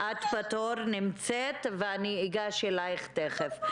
את נמצאת בתור ואגש אלייך תכף.